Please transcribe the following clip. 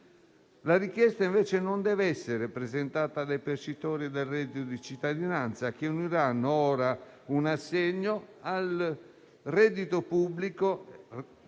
La richiesta invece non deve essere presentata dai percettori del reddito di cittadinanza, che uniranno ora un assegno al reddito pubblico,